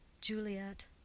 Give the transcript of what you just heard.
Juliet